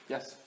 Yes